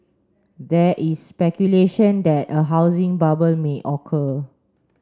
there is speculation that a housing bubble may occur